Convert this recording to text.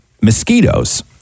mosquitoes